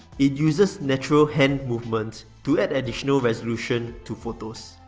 it uses natural hand movement to add additional resolution to photos.